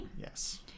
yes